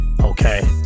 okay